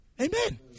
Amen